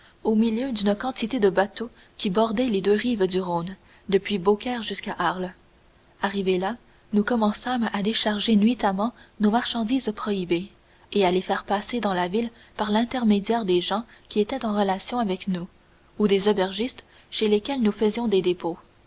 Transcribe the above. au milieu d'une quantité de bateaux qui bordaient les deux rives du rhône depuis beaucaire jusqu'à arles arrivés là nous commençâmes à décharger nuitamment nos marchandises prohibées et à les faire passer dans la ville par l'intermédiaire des gens qui étaient en relations avec nous ou des aubergistes chez lesquels nous faisions des dépôts